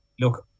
look